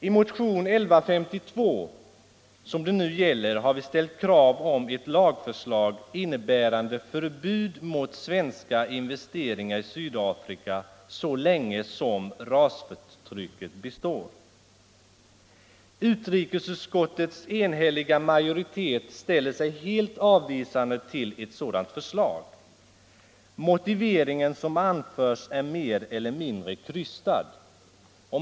I motionen 1152 har vi ställt krav på ett lagförslag innebärande förbud mot svenska investeringar i Sydafrika så länge som rasförtrycket består. Utrikesutskottets enhälliga majoritet ställer sig helt avvisande till ett sådant förslag. Motiveringen som anförs är mer eller mindre krystad.